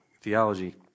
theology